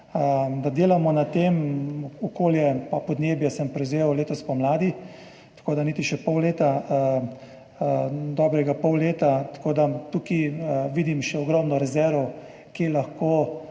da delamo na tem. Okolje in podnebje sem prevzel letos spomladi, niti še pol leta, dobrega pol leta, tako da tukaj vidim še ogromno rezerv, kje lahko